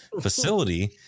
facility